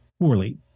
poorly